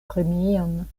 premion